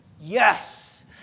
yes